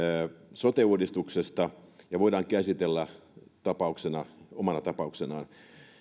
sote uudistuksesta ja voidaan käsitellä omana tapauksenaan